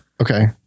okay